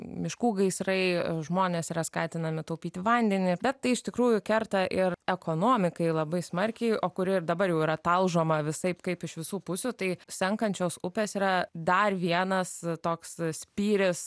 miškų gaisrai žmonės yra skatinami taupyti vandenį bet tai iš tikrųjų kerta ir ekonomikai labai smarkiai o kuri ir dabar jau yra talžomą visaip kaip iš visų pusių tai senkančios upės yra dar vienas toks spyris